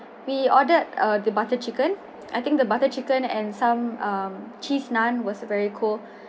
we ordered the butter chicken I think the butter chicken and some uh cheese naan was very cold